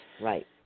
right